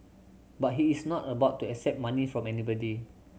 but he is not about to accept money from anybody